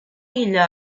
illa